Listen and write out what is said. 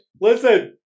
listen